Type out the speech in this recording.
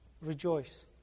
rejoice